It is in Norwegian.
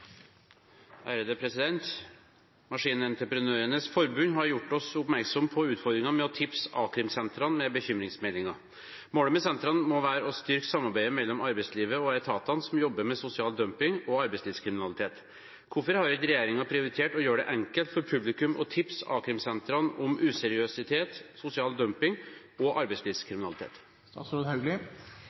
har gjort oss oppmerksomme på utfordringene med å tipse a-krimsentrene med bekymringsmeldinger. Målet med sentrene må være å styrke samarbeidet mellom arbeidslivet og etatene som jobber med sosial dumping og arbeidslivskriminalitet. Hvorfor har ikke regjeringen prioritert å gjøre det enkelt for publikum å tipse a-krimsentrene om useriøsitet, sosial dumping og